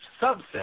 subset